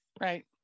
right